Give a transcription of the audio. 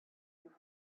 you